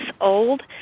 old